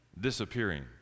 disappearing